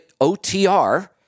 OTR